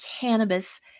cannabis